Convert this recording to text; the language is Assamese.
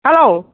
হেল্ল'